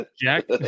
Jack